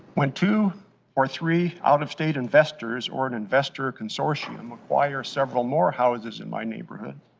when two or three out-of-state investors or an investor consortium required several more houses in my neighborhood,